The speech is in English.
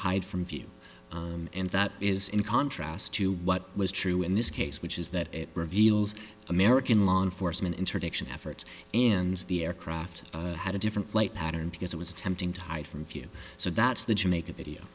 hide from view and that is in contrast to what was true in this case which is that it reveals american law enforcement entered action efforts and the aircraft had a different flight pattern because it was attempting to hide from view so that's the jamaica video